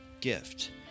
gift